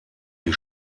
die